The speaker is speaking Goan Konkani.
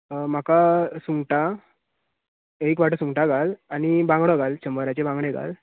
म्हाका सुंगटां एक वाटो सुंगटा घाल आनी बांगडो घाल शंबराचे बांगडे घाल